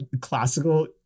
classical